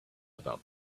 about